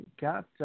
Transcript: Got